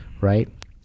right